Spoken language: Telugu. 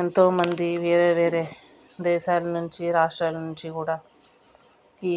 ఎంతోమంది వేరే వేరే దేశాల నుంచి రాష్ట్రాలు నుంచి కూడా ఈ